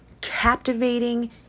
captivating